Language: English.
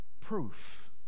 Proof